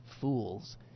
fools